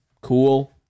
cool